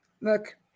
Look